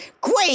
great